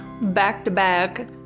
back-to-back